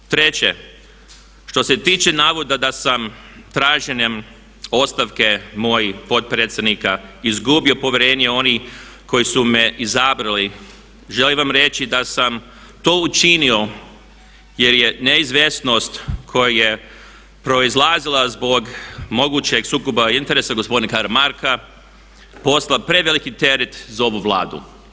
Treće, što se tiče navoda da sam traženjem ostavke mojih potpredsjednika izgubio povjerenje onih koji su me izabrali želim vam reći da sam to učinio jer je neizvjesnost koja je proizlazila zbog mogućeg sukoba interesa gospodina Karamarka postala preveliki teret za ovu Vladu.